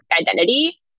identity